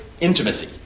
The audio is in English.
intimacy